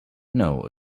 know